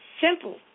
Simple